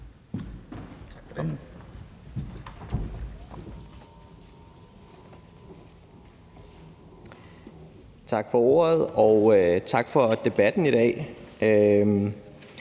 Tak for ordet, og tak for debatten i dag.